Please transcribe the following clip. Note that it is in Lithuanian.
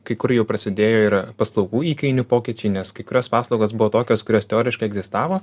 kai kur jau prasidėjo ir paslaugų įkainių pokyčiai nes kai kurios paslaugos buvo tokios kurios teoriškai egzistavo